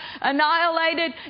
annihilated